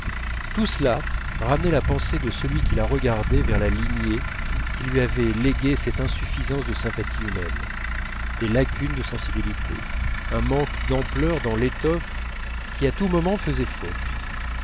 tout cela ramenait la pensée de celui qui la regardait vers la lignée qui lui avait légué cette insuffisance de sympathie humaine des lacunes de sensibilité un manque d'ampleur dans l'étoffe qui à tout moment faisait faute